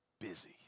busy